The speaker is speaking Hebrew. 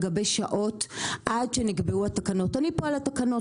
עד שנקבעו התקנות